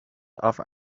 other